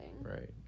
right